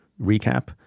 recap